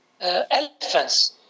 elephants